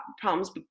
problems